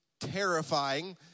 terrifying